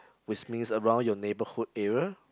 which means around your neighborhood area